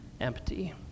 empty